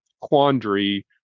quandary